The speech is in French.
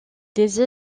des